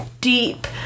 deep